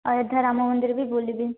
ଅୟୋଧ୍ୟା ରାମ ମନ୍ଦିର ବି ବୁଲିବି